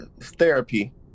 therapy